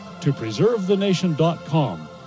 topreservethenation.com